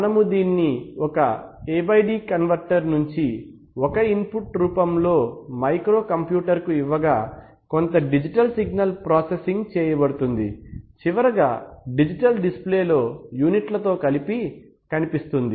మనము దీన్ని ఒక AD కన్వర్టర్ నుంచి ఒక ఇన్పుట్ రూపంలో మైక్రో కంప్యూటర్ కు ఇవ్వగా కొంత డిజిటల్ సిగ్నల్ ప్రాసెసింగ్ చేయబడును చివరిగా డిజిటల్ డిస్ప్లే లో యూనిట్ల తో కలిపి కనిపిస్తుంది